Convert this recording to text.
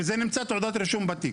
זה נמצא תעודת רישום בתיק.